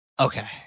Okay